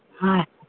হয়